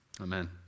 Amen